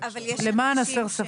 למען הסר ספק.